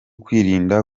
kwirinda